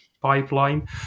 pipeline